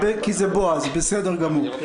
ב' כי זה בועז, בסדר גמור.